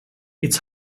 its